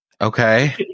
okay